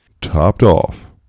Topped-off